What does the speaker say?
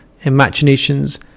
imaginations